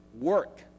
work